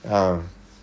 ah